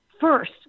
first